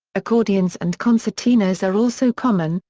accordions and concertinas are also common,